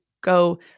go